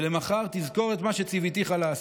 ולמחר תזכור את מה שציוויתיך לעשות.